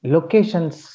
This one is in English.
Locations